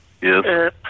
yes